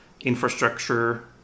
infrastructure